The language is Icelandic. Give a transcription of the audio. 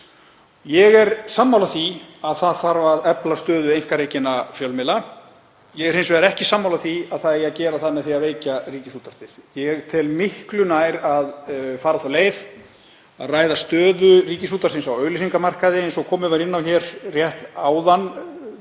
Ég er sammála því að það þarf að efla stöðu einkarekinna fjölmiðla. Ég er hins vegar ekki sammála því að það eigi að gera með því að veikja Ríkisútvarpið. Ég tel miklu nær að fara þá leið að ræða stöðu Ríkisútvarpsins á auglýsingamarkaði, eins og komið var inn á rétt áðan.